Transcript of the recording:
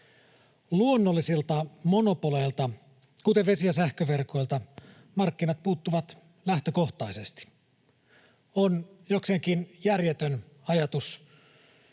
Luonnollisilta monopoleilta, kuten vesi- ja sähköverkoilta, markkinat puuttuvat lähtökohtaisesti. On jokseenkin järjetön ajatus